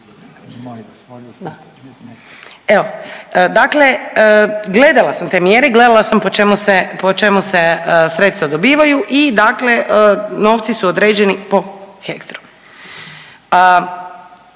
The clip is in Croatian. Evo, dakle gledala sam te mjere, gledala sam po čemu se sredstva dobivaju i dakle novci su određeni po hektru.